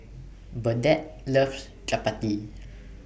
Burdette loves Chapati